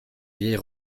vieille